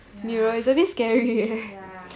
yeah yeah